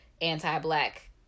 anti-black